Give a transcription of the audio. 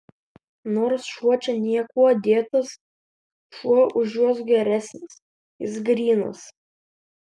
nors šuo čia niekuo dėtas šuo už juos geresnis jis grynas